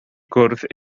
gwrdd